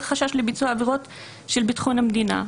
חשש לביצוע עבירות של ביטחון המדינה,